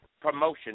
promotion